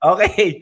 Okay